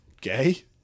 Gay